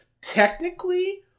technically